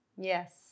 Yes